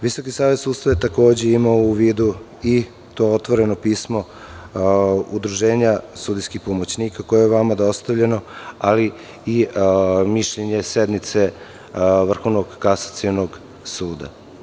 Visoki savet sudstva je takođe imao u vidu i to otvoreno pismo Udruženja sudijskih pomoćnika, koje vam je dostavljeno, ali i mišljenje sednice Vrhovnog kasacionog suda.